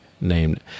named